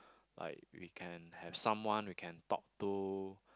like we can have someone we can talk to